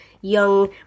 young